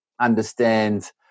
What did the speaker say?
understand